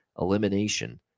elimination